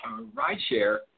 rideshare